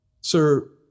Sir